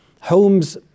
homes